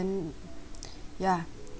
ya